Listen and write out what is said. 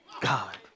God